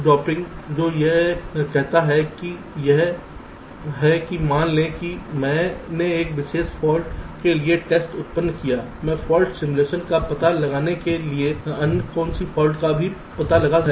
dropping जो यह कहता है कि यह है कि मान लें कि मैंने एक विशेष फॉल्ट के लिए एक टेस्ट उत्पन्न किया है मैं फाल्ट सिमुलेशन का पता लगाने के लिए कि अन्य कौन सी फॉल्ट्स का भी पता लगा है